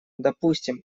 допустим